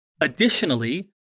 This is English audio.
Additionally